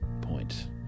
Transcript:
point